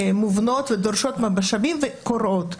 מובנות ודורשות משאבים וקורות,